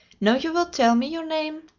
now you will tell me your name?